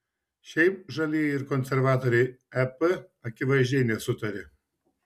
šiaip žalieji ir konservatoriai ep akivaizdžiai nesutaria